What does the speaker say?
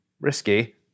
risky